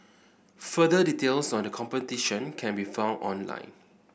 further details on the competition can be found online